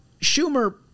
Schumer